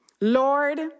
Lord